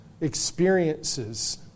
experiences